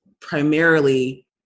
primarily